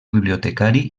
bibliotecari